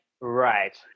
Right